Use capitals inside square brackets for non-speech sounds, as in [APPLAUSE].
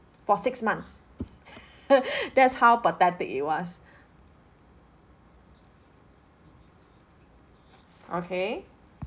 for six months [LAUGHS] that's how pathetic it was okay